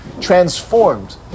transformed